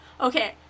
Okay